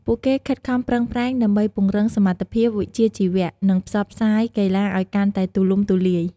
ពួកគេខិតខំប្រឹងប្រែងដើម្បី ពង្រឹងសមត្ថភាពវិជ្ជាជីវៈ និងផ្សព្វផ្សាយកីឡាឲ្យកាន់តែទូលំទូលាយ។